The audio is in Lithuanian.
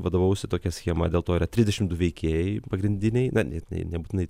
vadovavausi tokia schema dėl to yra trisdešimt du veikėjai pagrindiniai na nebūtinai